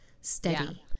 steady